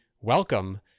welcome